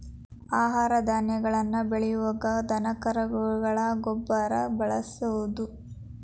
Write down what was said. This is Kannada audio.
ಆಹಾರ ಧಾನ್ಯಗಳನ್ನ ಬೆಳಿಯುವಾಗ ದನಕರುಗಳ ಗೊಬ್ಬರಾ ಬಳಸುದು